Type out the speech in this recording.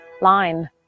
line